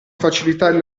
facilitare